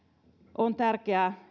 on tärkeää